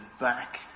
back